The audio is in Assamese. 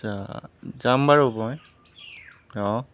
আচ্ছা যাম বাৰু মই অ'